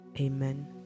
Amen